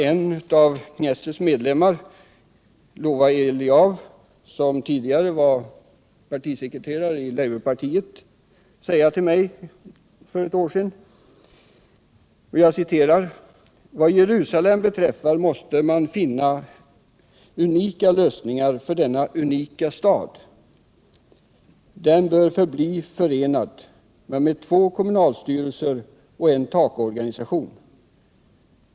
En av Knessets medlemmar, Lova Eliav, som tidigare var partisekreterare i arbetarpartiet, sade till mig för ett år sedan — jag citerar: ”Vad Jerusalem beträffar måste man finna unika lösningar för denna unika stad. Den bör förbli förenad, men med två kommunalstyrelser och en takorganisation.